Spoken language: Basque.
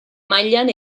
mailan